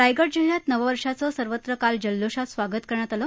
रायगड जिल्हयात नववर्षाचं सर्वत्र काल जल्लोषात स्वागत करण्यात आले